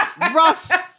rough